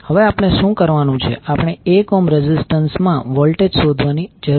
હવે આપણે શું કરવાનું છે આપણે 1 ઓહ્મ રેઝિસ્ટન્સ માં વોલ્ટેજ શોધવાની જરૂર છે